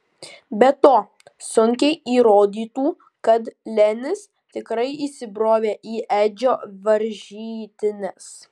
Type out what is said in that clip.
be to sunkiai įrodytų kad lenis tikrai įsibrovė į edžio varžytines